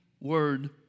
word